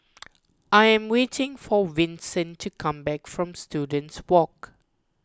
I am waiting for Vincent to come back from Students Walk